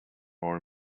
more